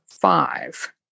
five